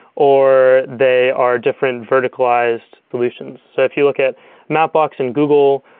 or they are different verticalized relations. so if you look at mapbox and google,